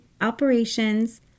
operations